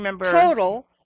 total